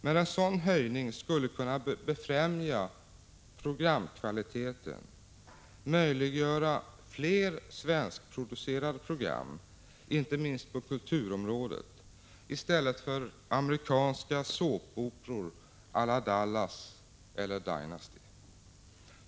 Men en sådan höjning skulle kunna befrämja programkvaliteten, möjliggöra fler svenskproducerade program, inte minst på kulturområdet, i stället för amerikanska såpoperor som t.ex. Dallas och Dynasty.